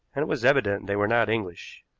and it was evident they were not english.